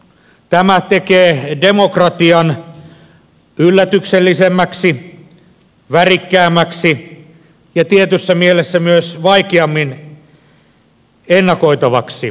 tämä tekee demokratian yllätyksellisemmäksi värikkäämmäksi ja tietyssä mielessä myös vaikeammin ennakoitavaksi